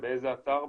באיזה אתר,